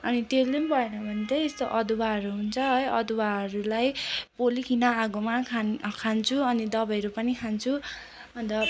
अनि त्यसले पनि भएन भने चाहिँ यस्तो अदुवाहरू हुन्छ है अदुवाहरूलाई पोलिकन आगोमा खान् खान्छु अनि दबाईहरू पनि खान्छु अन्त